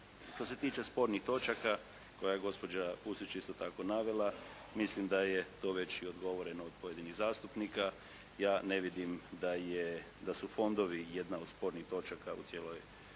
Što se tiče spornih točaka koje je gospođa Pusić isto tako navela, mislim da je to već i odgovoreno od pojedinih zastupnika. Ja ne vidim da su fondovi jedna od spornih točaka u cijelom našem